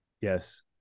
Yes